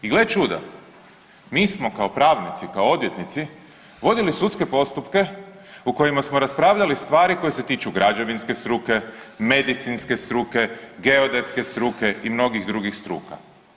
I gle čuda, mi smo kao pravnici, kao odvjetnici vodili sudske postupke u kojima smo raspravljali stvari koje se tiču građevinske struke, medicinske struke, geodetske struke i mnogih drugih struka.